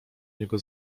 niego